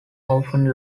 often